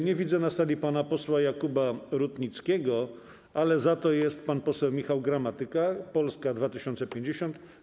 Nie widzę na sali pana posła Jakuba Rutnickiego, ale za to jest pan poseł Michał Gramatyka, Polska 2050.